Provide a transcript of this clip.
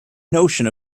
notion